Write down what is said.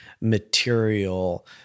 material